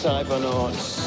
Cybernauts